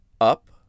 up